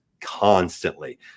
constantly